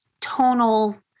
tonal